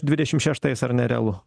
dvidešimt šeštais ar nerealu